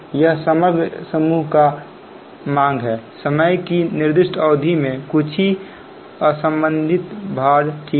यह समग्र समूह की मांग हैसमय की निर्दिष्ट अवधि में कुछ असंबंधित भार ठीक है